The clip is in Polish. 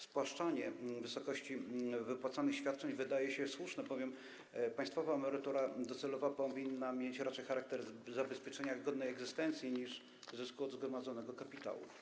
Spłaszczanie wysokości wypłacanych świadczeń wydaje się słuszne, bowiem państwowa emerytura docelowo powinna mieć charakter raczej zabezpieczenia godnej egzystencji niż zysku od zgromadzonego kapitału.